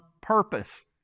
purpose